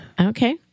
Okay